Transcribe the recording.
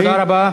תודה רבה.